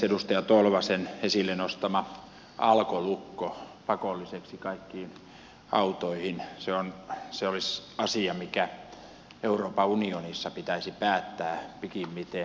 edustaja tolvasen esille nostama ajatus alkolukko pakolliseksi kaikkiin autoihin olisi asia mistä euroopan unionissa pitäisi päättää pikimmiten